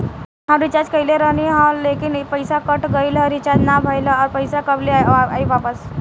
हम रीचार्ज कईले रहनी ह लेकिन पईसा कट गएल ह रीचार्ज ना भइल ह और पईसा कब ले आईवापस?